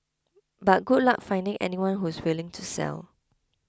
but good luck finding anyone who's willing to sell